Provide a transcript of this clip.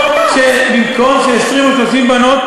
במקום ש-20 או 30 בנות,